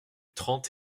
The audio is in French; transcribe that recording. trente